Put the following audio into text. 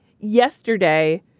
yesterday